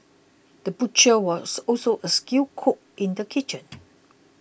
the butcher was also a skilled cook in the kitchen